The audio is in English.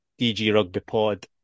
dgrugbypod